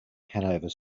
hanover